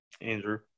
Andrew